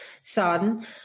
son